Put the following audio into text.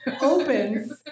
opens